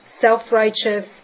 self-righteous